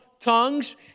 tongues